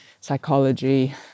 psychology